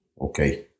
Okay